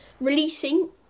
releasing